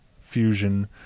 fusion